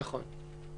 נכון.